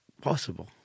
Possible